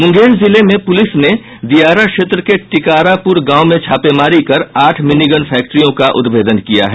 मुंगेर जिले में पुलिस ने दियारा क्षेत्र के टीकारापुर गांव में छापेमारी कर आठ मिनीगन फैक्ट्रियों का उद्भेदन किया है